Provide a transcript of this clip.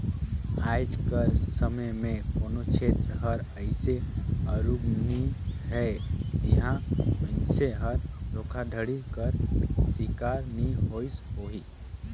आएज कर समे में कोनो छेत्र हर अइसे आरूग नी हे जिहां मइनसे हर धोखाघड़ी कर सिकार नी होइस होही